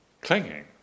clinging